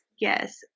Yes